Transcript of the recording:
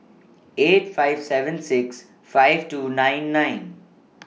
eight five seven six five two nine nine